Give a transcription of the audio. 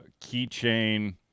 keychain